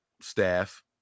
staff